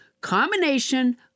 combination